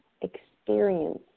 experience